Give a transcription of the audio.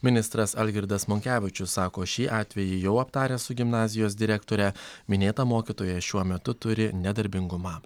ministras algirdas monkevičius sako šį atvejį jau aptaręs su gimnazijos direktore minėta mokytoja šiuo metu turi nedarbingumą